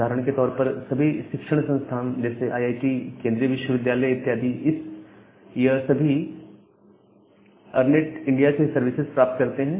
उदाहरण के तौर पर सभी शिक्षण संस्थान जैसे आईआईटी केंद्रीय विश्वविद्यालय इत्यादि यह सभी अगर नेट इंडिया से सर्विसेस प्राप्त करते हैं